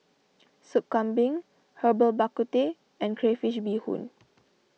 Sop Kambing Herbal Bak Ku Teh and Crayfish BeeHoon